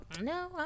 no